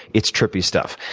it's trippy stuff.